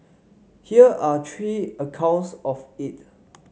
here are three accounts of it